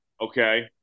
Okay